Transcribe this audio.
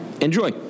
Enjoy